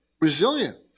resilient